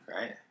right